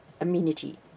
amenity